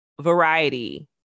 Variety